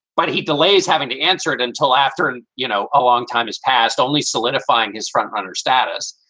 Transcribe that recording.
but he delays having to answer it until after, you know, a long time has passed, only solidifying his frontrunner status.